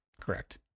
Correct